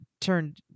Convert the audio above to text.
turned